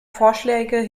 vorschläge